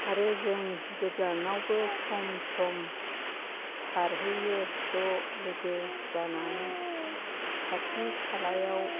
आरो जों गोजानावबो सम सम सारहैयो ज' लोगो जानानै खाथि खालायाव